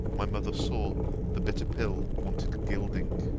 my mother saw the bitter pill wanted gilding.